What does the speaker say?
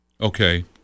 Okay